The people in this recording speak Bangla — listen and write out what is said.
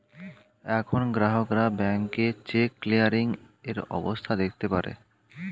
এখন গ্রাহকরা ব্যাংকে চেক ক্লিয়ারিং এর অবস্থা দেখতে পারে